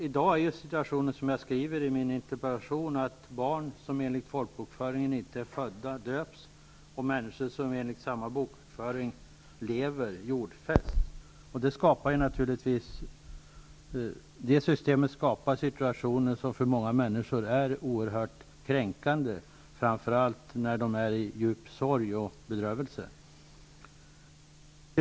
I dag är situationen, som jag skrivit i min interpellation, den att barn som enligt folkbokföringen inte är födda döps och att människor som enligt samma bokföring lever jordfästs. Det systemet skapar situationer som är oerhört kränkande för många människor, framför allt när de känner djup sorg och bedrövelse.